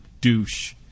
douche